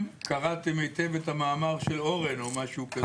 קראתם היטב את המאמר של אורן או משהו כזה.